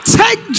take